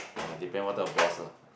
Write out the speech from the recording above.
uh depend what type of boss ah